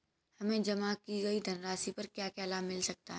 हमें जमा की गई धनराशि पर क्या क्या लाभ मिल सकता है?